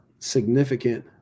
significant